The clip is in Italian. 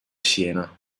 siena